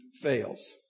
fails